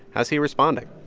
how's he responding?